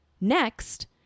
Next